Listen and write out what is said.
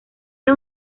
era